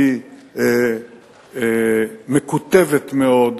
היא מקוטבת מאוד.